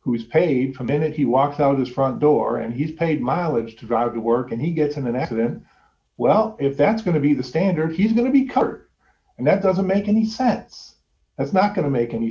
who is paid for a minute he walks out his front door and he's paid mileage to drive to work and he gets in an accident well if that's going to be the standard he's going to be curt and that doesn't make any sense that's not going to make any